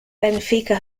benfica